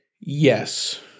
Yes